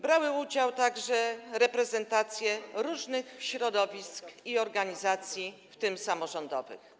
Brały w nich udział także reprezentacje różnych środowisk i organizacji, w tym samorządowych.